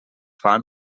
fan